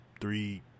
three